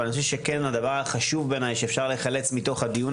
אבל אני חושב שכן הדבר החשוב בעיניי שאפשר לחלץ מתוך הדיון